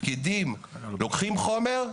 פקידים לוקחים חומר,